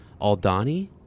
Aldani